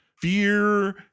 fear